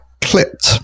clipped